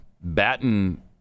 Batten